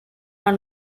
are